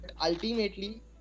ultimately